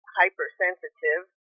hypersensitive